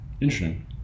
Interesting